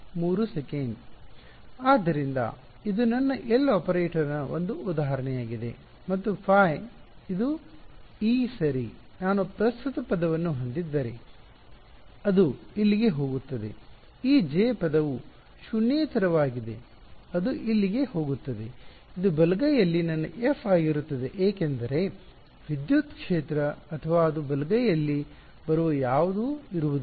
ಆದ್ದರಿಂದ ಇದು ನನ್ನ L ಆಪರೇಟರ್ನ ಒಂದು ಉದಾಹರಣೆಯಾಗಿದೆ ಮತ್ತು ϕ ಇದು E ಸರಿ ನಾನು ಪ್ರಸ್ತುತ ಪದವನ್ನು ಹೊಂದಿದ್ದರೆ ಅದು ಎಲ್ಲಿಗೆ ಹೋಗುತ್ತದೆ ಈ J ಪದವು ಶೂನ್ಯೇತರವಾಗಿದೆ ಅದು ಎಲ್ಲಿಗೆ ಹೋಗುತ್ತದೆ ಅದು ಬಲಗೈಯಲ್ಲಿ ನನ್ನ f ಆಗಿರುತ್ತದೆ ಏಕೆಂದರೆ ವಿದ್ಯುತ್ ಕ್ಷೇತ್ರ ಅಥವಾ ಅದು ಬಲಗೈಯಲ್ಲಿ ಬರುವ ಯಾವುದೂ ಇರುವುದಿಲ್ಲ